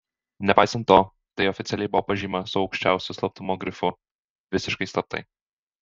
nepaisant to tai oficialiai buvo pažyma su aukščiausiu slaptumo grifu visiškai slaptai